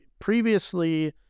previously